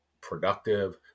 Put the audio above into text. productive